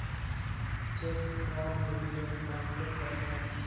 check fraud भी लोग बहुते करत हवे